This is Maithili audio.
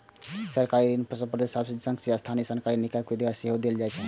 सरकारी ऋण संप्रभु राज्यक संग संग स्थानीय सरकारी निकाय द्वारा सेहो देल जाइ छै